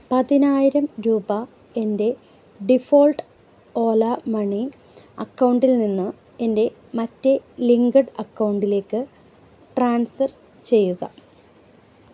പതിനായിരം രൂപ എൻ്റെ ഡിഫോൾട്ട് ഓല മണി അക്കൗണ്ടിൽ നിന്ന് എൻ്റെ മറ്റേ ലിങ്കഡ് അക്കൗണ്ടിലേക്ക് ട്രാൻസ്ഫർ ചെയ്യുക